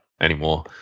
anymore